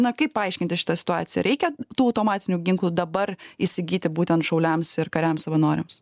na kaip paaiškinti šitą situaciją reikia tų automatinių ginklų dabar įsigyti būtent šauliams ir kariams savanoriams